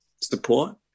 support